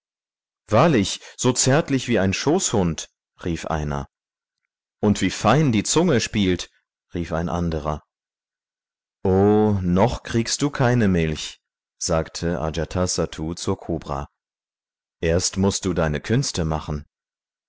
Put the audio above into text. wahrlich so zärtlich wie ein schoßhund rief einer und wie fein die zunge spielt rief ein anderer o noch kriegst du keine milch sagte ajatasattu zur kobra erst mußt du deine künste machen